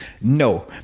no